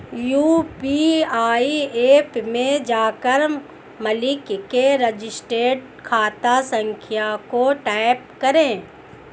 UPI app में जाकर मालिक के रजिस्टर्ड खाता संख्या को टाईप करें